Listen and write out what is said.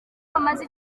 bamaze